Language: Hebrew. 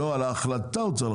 לא, על ההחלטה צריך לחתום.